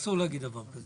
אסור להגיד דבר כזה.